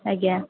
ଆଜ୍ଞା